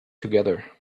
together